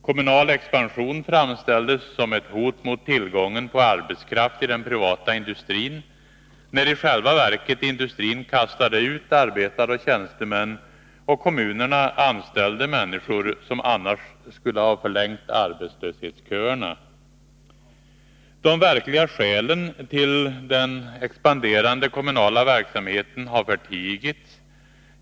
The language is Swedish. Kommunal expansion framställdes som ett hot mot tillgången på arbetskraft i den privata industrin, när industrin i själva verket kastade ut arbetare och tjänstemän, och kommunerna anställde människor som annars skulle ha förlängt arbetslöshetsköerna. De verkliga skälen till den expanderande kommunala verksamheten har förtigits.